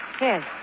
Yes